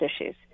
issues